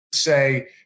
say